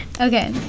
Okay